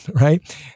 right